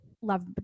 love